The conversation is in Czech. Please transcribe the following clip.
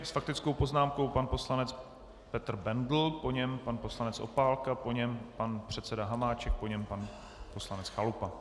S faktickou poznámkou pan poslanec Petr Bendl, po něm pan poslanec Opálka, po něm pan předseda Hamáček, po něm pan poslanec Chalupa.